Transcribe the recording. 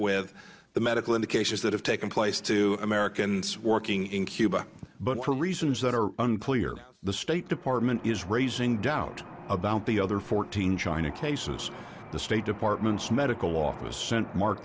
with the medical indications that have taken place two americans working in cuba but for reasons that are unclear the state department is raising doubt about the other fourteen china cases the state department's medical office sent mark